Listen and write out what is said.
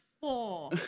four